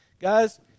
Guys